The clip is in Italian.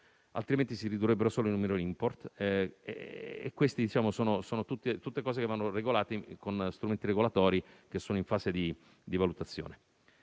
Altrimenti, si ridurrebbero solo in un mero *import*. Sono tutti punti che vanno regolati con strumenti regolatori che sono in fase di valutazione.